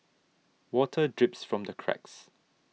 water drips from the cracks